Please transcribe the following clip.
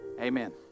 amen